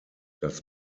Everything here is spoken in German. das